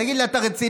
תגיד לי, אתה רציני?